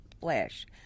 flesh